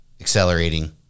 accelerating